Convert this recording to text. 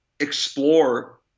Explore